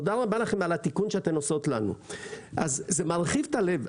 תודה רבה לכן על התיקון שאתן עושות לנו - זה מרחיב את הלב.